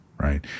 right